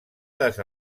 les